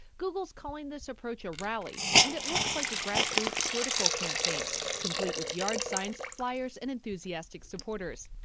google's calling this approach a rally, and it looks like a grassroots political campaign complete with yard signs, fliers, and enthusiastic supporters.